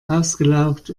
ausgelaugt